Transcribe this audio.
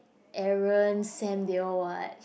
Aaron Sam they all [what]